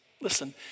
listen